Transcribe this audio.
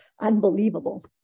unbelievable